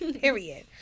Period